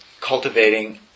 cultivating